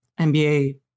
NBA